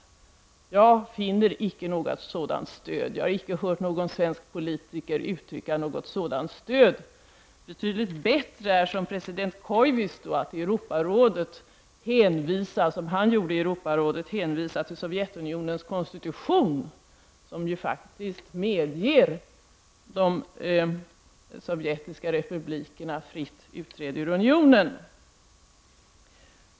Jag finner icke något sådant stöd i betänkandet, och jag har icke hört någon svensk politiker uttrycka det. Betydligt bättre är att, som president Koivisto gjorde i Europarådet, hänvisa till Sovjetunionens konstitution, som ju medger de sovjetiska republikerna fritt utträde ur unionen.